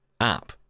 app